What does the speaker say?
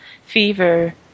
fever